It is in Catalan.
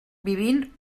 vivint